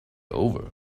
over